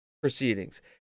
proceedings